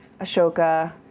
Ashoka